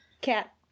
cat